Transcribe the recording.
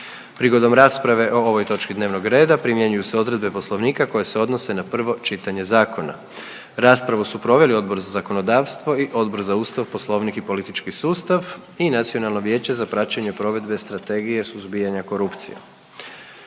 Prigodom rasprave o ovoj točki dnevnog reda primjenjuju se odredbe Poslovnika koje se odnose na prvo čitanje zakona. Raspravu su proveli Odbor za zakonodavstvo i Odbor za Ustav, Poslovnik i politički sustav i Nacionalno vijeće za praćenje provedbe Strategije suzbijanja korupcije.